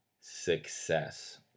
success